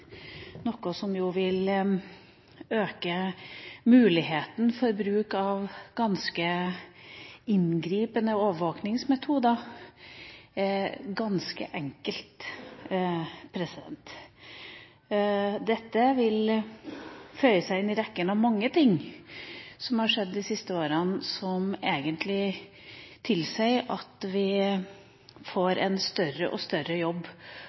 noe som jo vil øke muligheten for bruk av ganske inngripende overvåkingsmetoder, ganske enkelt. Dette vil føye seg inn i rekken av mange ting som har skjedd de siste årene, som egentlig tilsier at EOS-utvalget får en større og større jobb